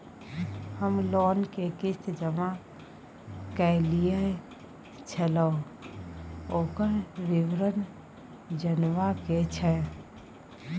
हम लोन के किस्त जमा कैलियै छलौं, ओकर विवरण जनबा के छै?